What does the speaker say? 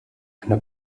eine